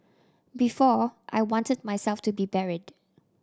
before I want myself to be buried